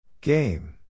Game